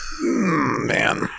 man